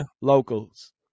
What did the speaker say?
locals